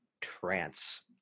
trance